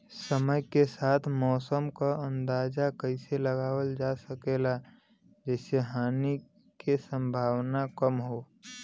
समय के साथ मौसम क अंदाजा कइसे लगावल जा सकेला जेसे हानि के सम्भावना कम हो?